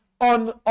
on